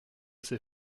ses